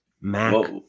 Mac